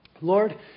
Lord